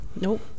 Nope